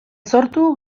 sortu